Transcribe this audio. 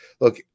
look –